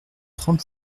trente